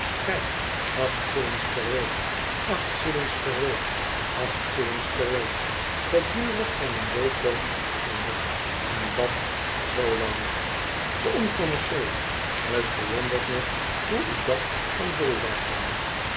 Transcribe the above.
kijk acht shillings per week acht shillings per week acht shillings per week gedurig van een weekloon afgezonderd en dat zoo lang de oncommercieele t verwondert me hoe u dat kan